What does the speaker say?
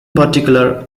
particular